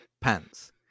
Pants